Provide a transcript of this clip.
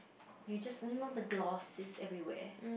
you're just you know the gloss is everywhere